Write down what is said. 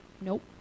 Nope